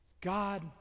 God